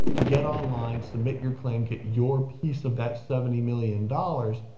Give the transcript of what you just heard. get online, submit your claim, get your piece of that seventy million dollars.